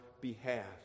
behalf